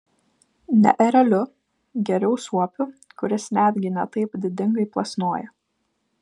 ne ereliu geriau suopiu kuris netgi ne taip didingai plasnoja